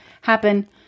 happen